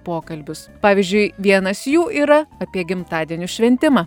pokalbius pavyzdžiui vienas jų yra apie gimtadienių šventimą